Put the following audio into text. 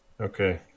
Okay